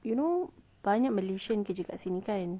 you know banyak malaysian kerja kat sini kan